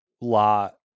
lot